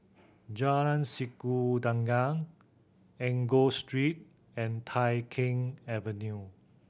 Jalan Sikudangan Enggor Street and Tai Keng Avenue